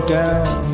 down